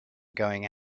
going